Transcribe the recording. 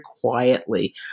quietly